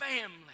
family